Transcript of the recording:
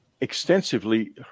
extensively